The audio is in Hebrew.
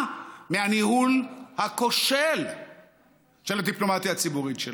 מהניהול הכושל של הדיפלומטיה הציבורית שלה,